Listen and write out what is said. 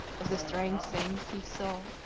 of the strange things he saw,